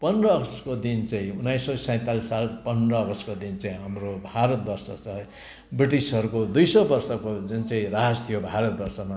पन्ध्र अगस्टको दिन चाहिँ उन्नाइस सय सैँतालिस साल पन्ध्र अगस्टको दिन चाहिँ हाम्रो भारतवर्ष चाहिँ ब्रिटिसहरूको दुई सौ वर्षको जुन चाहिँ राज थियो भारतवर्षमा